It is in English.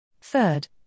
Third